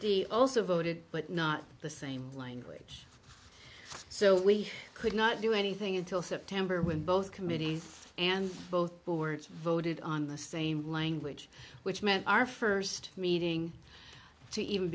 fifty also voted but not the same language so we could not do anything until september when both committees and both boards voted on the same language which met our first meeting to even